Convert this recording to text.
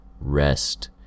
Rest